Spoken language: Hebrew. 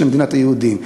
של מדינת היהודים,